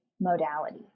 modality